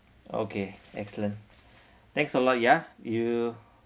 okay excellent thanks a lot ya you